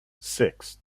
six